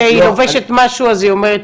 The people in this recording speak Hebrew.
שהיא לובשת משהו אז היא אומרת,